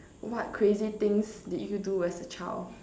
what crazy things did you do as a child